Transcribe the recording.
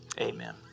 Amen